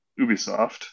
Ubisoft